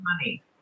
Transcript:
money